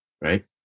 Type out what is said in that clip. Right